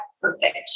perfect